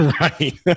Right